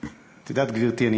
את יודעת, גברתי, אני